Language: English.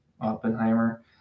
Oppenheimer